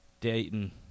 Dayton